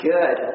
Good